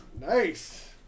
Nice